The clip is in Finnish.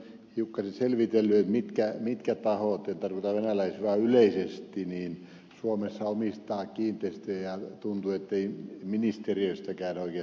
olen hiukkasen selvitellyt mitkä tahot en tarkoita venäläisiä vaan yleisesti suomessa omistavat kiinteistöjä ja tuntuu ettei ministeriöstäkään oikein saa tarkkaa tietoa